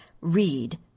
read